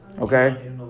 okay